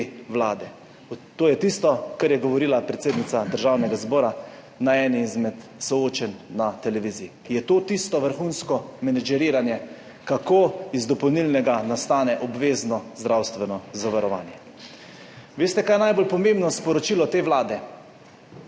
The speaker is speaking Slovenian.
vlade. To je tisto, o čemer je govorila predsednica Državnega zbora na eni izmed soočenj na televiziji. Je to tisto vrhunsko menedžiranje, kako iz dopolnilnega nastane obvezno zdravstveno zavarovanje? Veste, kaj je najbolj pomembno sporočilo te vlade?